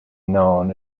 known